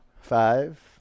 Five